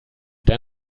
der